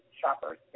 shoppers